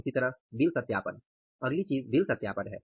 इसी तरह बिल सत्यापन अगली चीज़ बिल सत्यापन है